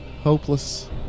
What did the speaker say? Hopeless